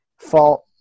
fault